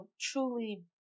truly